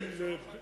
זה חוקה.